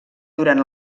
durant